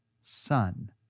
son